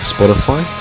Spotify